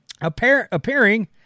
Appearing